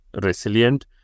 resilient